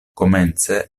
komence